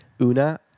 Una